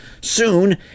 Soon